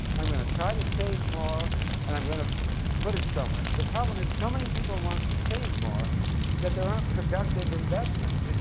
i'm going to try to save more and i'm gonna put it somewhere. the problem is so many people want to save more that there aren't productive investments.